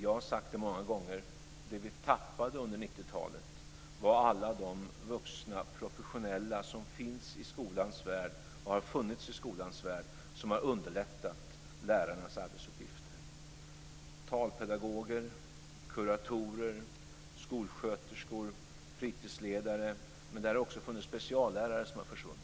Vad vi tappade under 90-talet var alla de vuxna professionella som finns i skolans värld, och har funnits i skolans värld, som underlättar lärarens arbetsuppgifter. Det är talpedagoger, kuratorer, skolsköterskor, fritidsledare. Men också speciallärare har försvunnit.